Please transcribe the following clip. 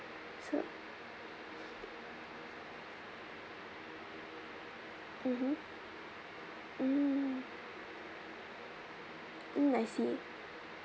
so mmhmm mm mm I see